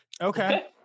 Okay